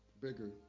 bigger